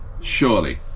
Surely